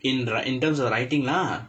in the in terms of writing lah